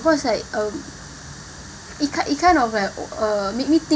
because like um it kind it kind of like uh made me think